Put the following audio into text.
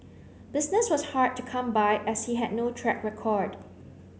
business was hard to come by as he had no track record